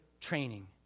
training